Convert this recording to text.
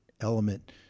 element